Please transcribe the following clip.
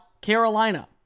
Carolina